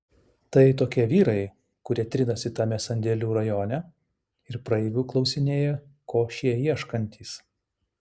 tai tokie vyrai kurie trinasi tame sandėlių rajone ir praeivių klausinėja ko šie ieškantys